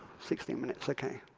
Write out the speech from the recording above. sixteen minutes, ok.